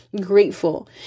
grateful